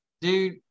dude